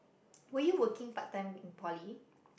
were you working part time in poly